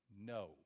no